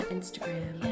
Instagram